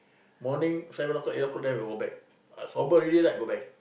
morning seven o-clock eight o-clock then we'll go back ah sober already right go back